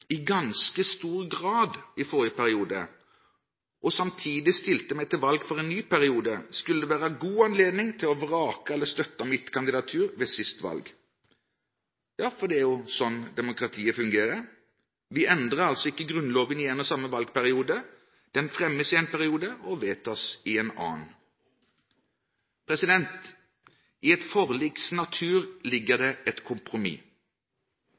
i forrige periode, og samtidig stilte til valg for en ny periode, var det god anledning til å vrake eller å støtte mitt kandidatur ved siste valg. Det er slik demokratiet fungerer. Vi endrer altså ikke Grunnloven i én og samme valgperiode. Forslag til endring fremmes i én periode og vedtas i en annen. I et forliks natur ligger det et kompromiss,